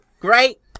Great